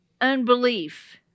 unbelief